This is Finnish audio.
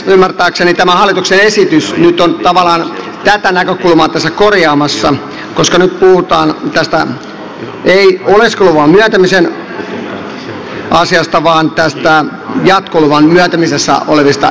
ymmärtääkseni tämä hallituksen esitys on nyt tavallaan tätä näkökulmaa tässä korjaamassa koska nyt ei puhuta tästä oleskeluluvan myöntämisen asiasta vaan näistä jatkoluvan myöntämisessä olevista esteistä